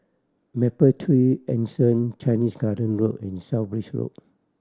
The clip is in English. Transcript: Mapletree Anson Chinese Garden Road and South Bridge Road